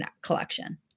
collection